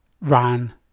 ran